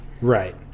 Right